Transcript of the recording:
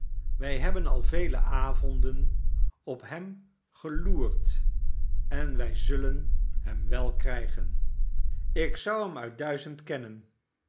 wij hebben al vele avonden op hem gebarnaby rudge loerd en wij zullen hem wel krijgen ik zou hem uit duizend kennen